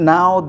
Now